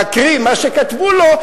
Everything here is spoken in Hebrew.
להקריא מה שכתבו לו,